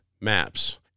maps